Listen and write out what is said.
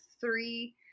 three